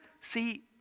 See